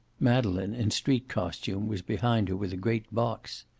madeleine, in street costume, was behind her with a great box.